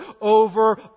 over